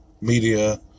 media